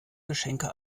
geschenke